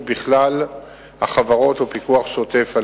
בכלל החברות ויש פיקוח שוטף עליהם.